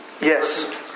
Yes